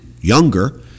younger